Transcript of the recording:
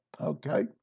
okay